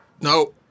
No